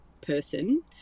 person